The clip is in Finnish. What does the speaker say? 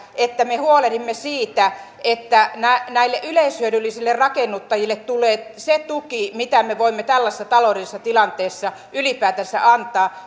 että me huolehdimme siitä että näille yleishyödyllisille rakennuttajille tulee se tuki mitä me voimme tällaisessa taloudellisessa tilanteessa ylipäätänsä antaa